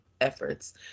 efforts